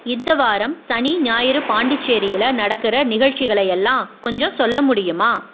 இந்த வாரம் சனி ஞாயிறு பாண்டிச்சேரியில் நடக்கிற நிகழ்ச்சிகளை எல்லாம் கொஞ்சம் சொல்ல முடியுமா